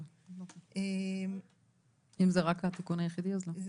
אם זה רק התיקון היחידי אז לא משנה.